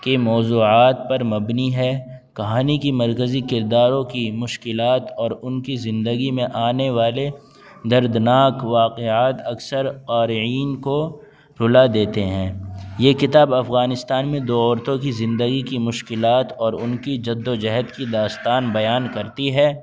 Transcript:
کے موضوعات پر مبنی ہے کہانی کی مرکزی کرداروں کی مشکلات اور ان کی زندگی میں آنے والے دردناک واقعات اکثر قارئین کو رلا دیتے ہیں یہ کتاب افغانستان میں دو عورتوں کی زندگی کی مشکلات اور ان کی جدوجہد کی داستان بیان کرتی ہے